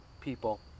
people